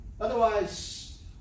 Otherwise